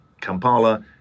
Kampala